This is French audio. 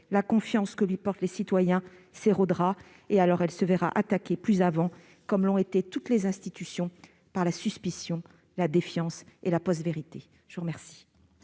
-la confiance que leur portent les citoyens s'érodera ; et alors, elle se verra attaquer plus avant, comme l'ont été toutes les institutions, par la suspicion, la défiance et la post-vérité ! La parole